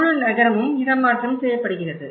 முழு நகரமும் இடமாற்றம் செய்யப்படுகிறது